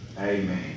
Amen